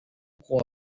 com